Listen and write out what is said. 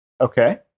Okay